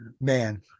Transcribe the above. man